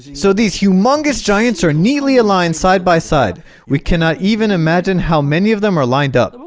so these humongous giants are neatly aligned side-by-side we cannot even imagine how many of them are lined up